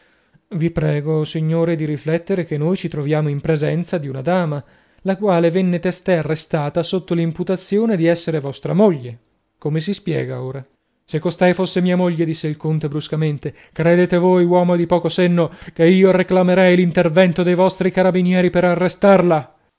vi prego o signore di riflettere che noi ci troviamo in presenza di una dama la quale venne testè arrestata sotto l'imputazione di essere vostra moglie come si spiega ora se costei fosse mia moglie disse il conte bruscamente credete voi uomo di poco senno che io reclamerei l'intervento dei vostri carabinieri per arrestarla